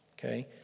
Okay